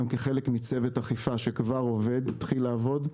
וגם כחלק מצוות אכיפה שכבר התחיל לעבוד,